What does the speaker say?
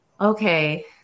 Okay